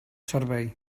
servei